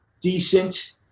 decent